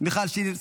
מיכל שיר סגמן,